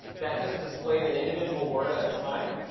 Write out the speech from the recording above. that just displayed an individual word at a time.